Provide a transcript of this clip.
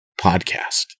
podcast